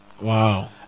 Wow